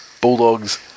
Bulldogs